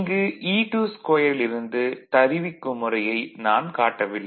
இங்கு E22 யில் இருந்து தருவிக்கும் முறையை நான் காட்டவில்லை